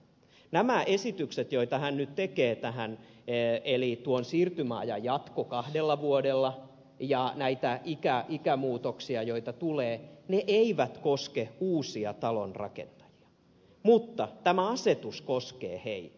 nämä esitykset joita hän nyt tekee tähän eli tuon siirtymäajan jatko kahdella vuodella ja ikämuutokset joita tulee eivät koske uusia talonrakentajia mutta tämä asetus koskee heitä